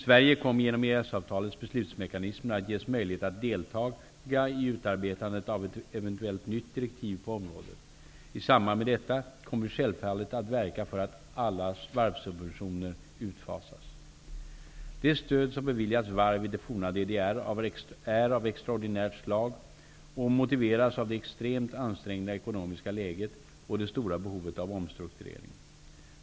Sverige kommer genom EES-avtalets beslutsmekanismer att ges möjlighet att deltaga i utarbetandet av ett eventuellt nytt direktiv på området. I samband med detta kommer vi självfallet att verka för att alla varvssubventioner utfasas. Det stöd som beviljats varv i det forna DDR är av extraordinärt slag och motiveras av det extremt ansträngda ekonomiska läget och det stora behovet av omstrukturering.